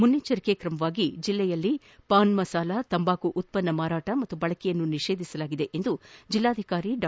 ಮುನ್ನೆಚ್ಚರಿಕೆ ಕ್ರಮವಾಗಿ ಜಿಲ್ಲೆಯಲ್ಲಿ ಪಾನ್ ಮಸಾಲ ತಂಬಾಕು ಉತ್ಪನ್ನಗಳ ಮಾರಾಟ ಮತ್ತು ಬಳಕೆಯನ್ನು ನಿಷೇಧಿಸಲಾಗಿದೆ ಎಂದು ಜಿಲ್ಲಾಧಿಕಾರಿ ಡಾ